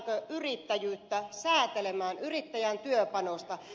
lähdetäänkö yrittäjyyttä säätelemään yrittäjän työpanosta